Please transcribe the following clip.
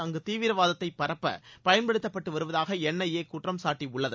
அங்கு தீவிரவாதத்தை பரப்ப பயன்படுத்தப்பட்டு வருவதாக என்ஐஏ குற்றம் சாட்டியுள்ளது